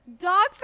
dog